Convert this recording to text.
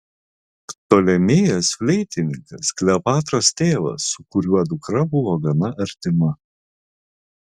ptolemėjas fleitininkas kleopatros tėvas su kuriuo dukra buvo gana artima